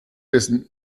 wissen